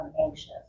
anxious